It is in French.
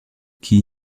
qui